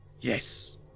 Yes